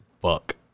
Fuck